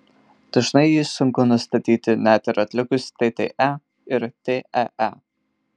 dažnai jį sunku nustatyti net ir atlikus tte ir tee